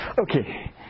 Okay